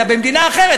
אלא במדינה אחרת,